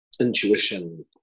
intuition